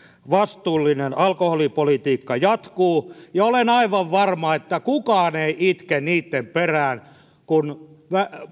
vastuullinen alkoholipolitiikka jatkuu ja olen aivan varma että kukaan ei itke niitten perään kun